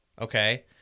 okay